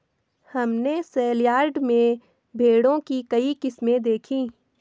हमने सेलयार्ड में भेड़ों की कई किस्में देखीं